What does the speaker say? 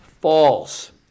False